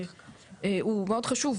הוא מאוד חשוב,